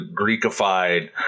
Greekified